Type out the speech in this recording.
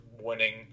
winning